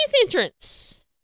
entrance